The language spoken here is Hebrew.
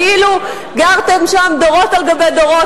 כאילו גרתם שם דורות על גבי דורות.